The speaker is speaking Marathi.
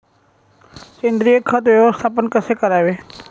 सेंद्रिय खत व्यवस्थापन कसे करावे?